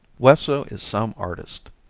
wesso is some artist.